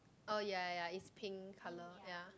oh ya ya ya it's pink colour ya